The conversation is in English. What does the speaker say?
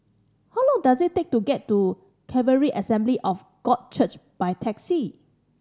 how long does it take to get to Calvary Assembly of God Church by taxi